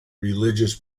religious